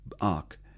ark